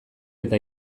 eta